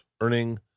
earning